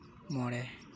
ᱢᱚᱬᱮ